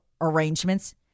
arrangements